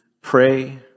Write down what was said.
pray